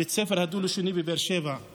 בית הספר הדו-לשני בבאר שבע הוא